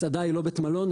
מסעדה היא לא בית מלון,